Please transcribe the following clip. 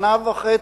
שנה וחצי,